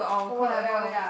O-level